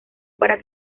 para